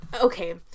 okay